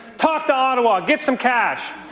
talk to ottawa, get some cash.